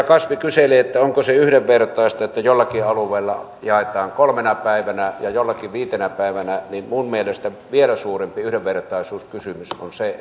kasvi kyseli onko se yhdenvertaista että jollakin alueella jaetaan kolmena päivänä ja jollakin viitenä päivänä niin minun mielestäni vielä suurempi yhdenvertaisuuskysymys on se